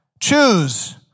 Choose